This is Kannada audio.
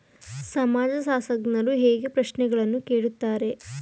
ಸಮಾಜಶಾಸ್ತ್ರಜ್ಞರು ಹೇಗೆ ಪ್ರಶ್ನೆಗಳನ್ನು ಕೇಳುತ್ತಾರೆ?